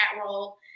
role